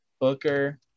Booker